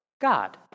God